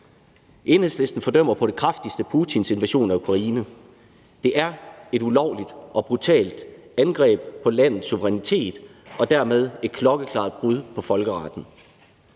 Enhedslisten fordømmer på det kraftigste Putins invasion af Ukraine. Det er et ulovligt og brutalt angreb på landets suverænitet og dermed et klokkeklart brud på folkeretten.